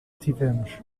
tivemos